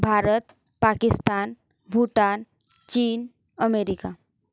भारत पाकिस्तान भूटान चीन अमेरिका